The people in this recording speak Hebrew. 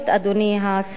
אדוני השר,